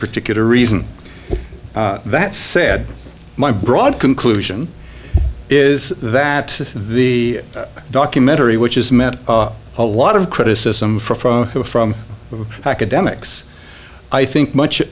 particular reason that said my broad conclusion is that the documentary which is meant a lot of criticism for from academics i think much